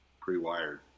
pre-wired